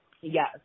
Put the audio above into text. yes